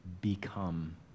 become